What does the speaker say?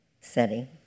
setting